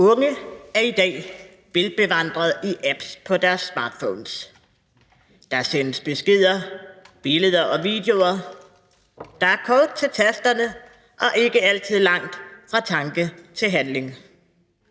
Unge er i dag velbevandrede i apps på deres smartphones; der sendes beskeder, billeder og videoer, der er kort til tasterne og ikke altid langt fra tanke til handling.